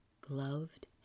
gloved